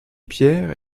pierres